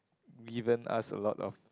given us a lot of